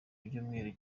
ibyumweru